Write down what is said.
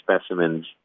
specimens